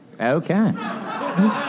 Okay